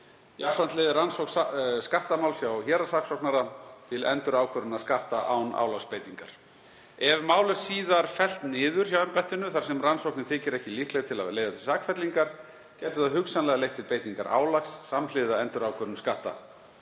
leiðir rannsókn skattamáls hjá héraðssaksóknara til endurákvörðunar skatta án álagsbeitingar. Ef mál er síðar fellt niður hjá embættinu þar sem rannsóknin þykir ekki líkleg til að leiða til sakfellingar, gæti það hugsanlega leitt til beitingar álags samhliða endurákvörðun skatta.